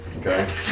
Okay